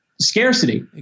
scarcity